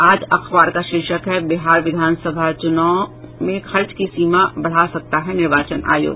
आज अखबार का शीर्षक है बिहार विधान सभा में चुनाव खर्च की सीमा बढ़ा सकता है निर्वाचन आयोग